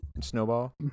Snowball